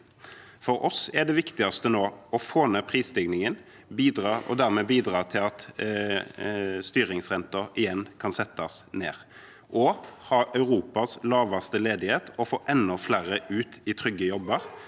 For oss er det viktigste nå å få ned prisstigningen og dermed bidra til at styringsrenten igjen kan settes ned – og å ha Europas laveste ledighet, få enda flere ut i trygge jobber